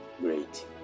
great